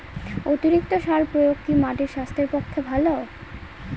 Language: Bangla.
অতিরিক্ত সার প্রয়োগ কি মাটির স্বাস্থ্যের পক্ষে ভালো?